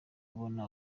kubona